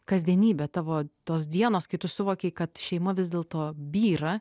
kasdienybė tavo tos dienos kai tu suvokei kad šeima vis dėlto byra